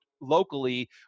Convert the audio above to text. locally